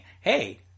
Hey